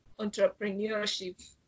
entrepreneurship